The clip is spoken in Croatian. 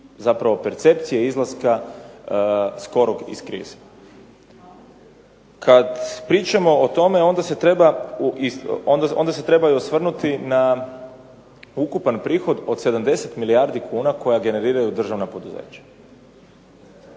izlaska i percepcije izlaska skorog iz krize. Kada pričamo o tome onda se treba osvrnuti na ukupan prihod od 70 milijardi kuna koja generiraju državna poduzeća.